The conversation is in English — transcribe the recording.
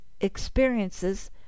experiences